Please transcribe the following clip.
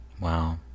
wow